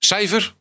Cijfer